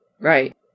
right